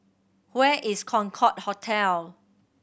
where is Concorde Hotel